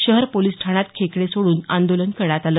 शहर पोलीस ठाण्यात खेकडे सोडून आंदोलन करण्यात आले